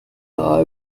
sogar